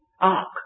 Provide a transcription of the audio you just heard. arc